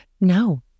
No